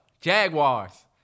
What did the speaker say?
Jaguars